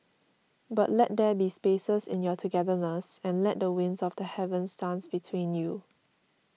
but let there be spaces in your togetherness and let the winds of the heavens dance between you